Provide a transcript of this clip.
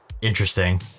interesting